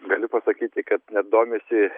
galiu pasakyti kad net domisi